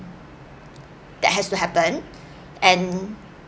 that has to happen and